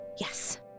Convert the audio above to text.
Yes